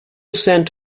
scent